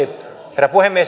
herra puhemies